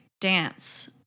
dance